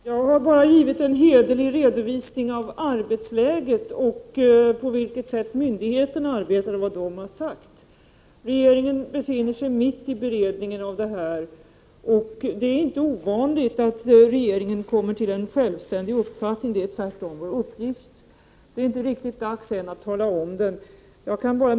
Herr talman! Jag har bara givit en hederlig redovisning av arbetsläget och angivit på vilket sätt myndigheterna arbetar samt vad de har uttalat. Regeringen befinner sig mitt i beredningen av detta ärende. Det är inte ovanligt att vi inom regeringen kommer fram till en självständig uppfattning — det är tvärtom vår uppgift — men ännu är det inte riktigt dags att redogöra för detta.